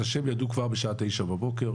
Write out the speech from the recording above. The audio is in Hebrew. את השם כבר ידעו בשעה 9:00 בבוקר.